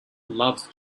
loves